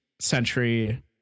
century